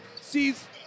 sees